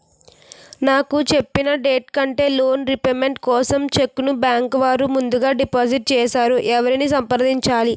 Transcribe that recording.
నాకు చెప్పిన డేట్ కంటే లోన్ రీపేమెంట్ కోసం చెక్ ను బ్యాంకు వారు ముందుగా డిపాజిట్ చేసారు ఎవరిని సంప్రదించాలి?